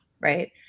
right